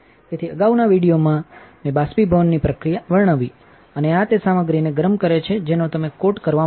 તેથી અગાઉના વીડીઇઓ માં મેં બાષ્પીભવનની પ્રક્રિયા વર્ણવી અને આ તે સામગ્રીને ગરમ કરે છે જેનો તમે કોટ કરવા માંગો છો